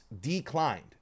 declined